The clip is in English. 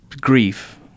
grief